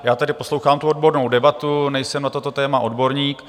Já tady poslouchám tu odbornou debatu, nejsem na toto téma odborník.